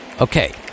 Okay